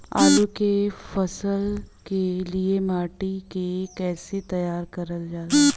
आलू क फसल के लिए माटी के कैसे तैयार करल जाला?